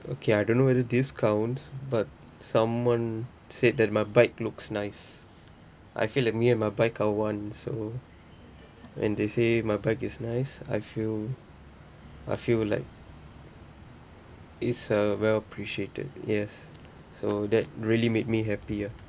okay I don't know whether this count but someone said that my bike looks nice I feel like me and my bike are one so when they say my bike is nice I feel I feel like is a well appreciated yes so that really made me happy ah